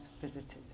visited